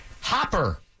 Hopper